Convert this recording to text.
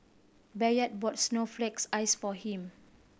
Bayard brought snowflake ice for him